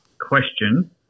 question